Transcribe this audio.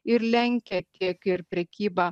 ir lenkia tiek ir prekybą